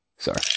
Sorry